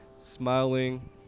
smiling